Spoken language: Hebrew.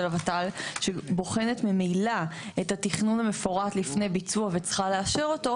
הוות"ל שבוחנת ממילא את התכנון המפורט לפני ביצוע וצריכה לאשר אותו,